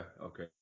okay